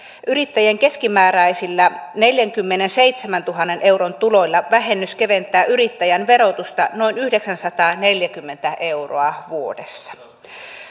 yrittäjien keskimääräisillä neljänkymmenenseitsemäntuhannen euron tuloilla vähennys keventää yrittäjän verotusta noin yhdeksänsataaneljäkymmentä euroa vuodessa